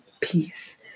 peace